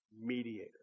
mediator